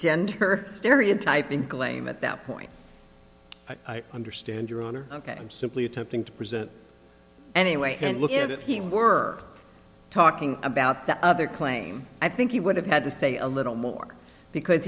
to end her stereotyping claim at that point i understand your honor ok i'm simply attempting to present anyway and look at it team work talking about the other claim i think he would have had to say a little more because